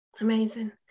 amazing